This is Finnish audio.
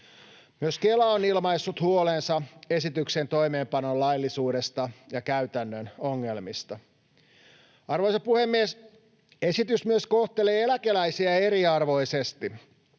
Myös Kela on ilmaissut huolensa esityksen toimeenpanon laillisuudesta ja käytännön ongelmista. Arvoisa puhemies! Esitys myös kohtelee eläkeläisiä eriarvoisesti.